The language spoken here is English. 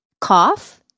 cough